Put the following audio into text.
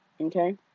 okay